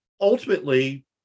ultimately